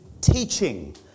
teaching